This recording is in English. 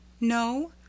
No